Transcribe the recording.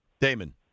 Damon